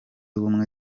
ubumwe